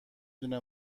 دونه